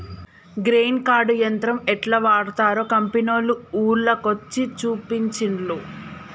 grain cart యంత్రం యెట్లా వాడ్తరో కంపెనోళ్లు ఊర్ల కొచ్చి చూపించిన్లు